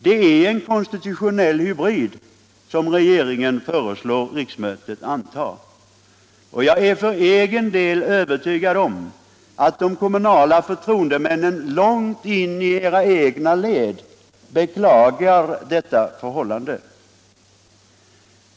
Det är en konstitutionell hybrid som regeringen föreslår riksdagen att anta. Jag är för egen del övertygad om att de kommunala förtroendemännen långt in i era egna led beklagar detta förhållande.